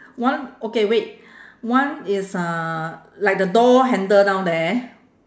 one okay wait one is uh like the door handle down there